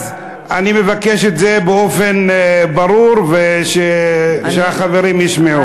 אני מבקש את זה באופן ברור ושהחברים ישמעו.